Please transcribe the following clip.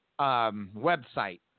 website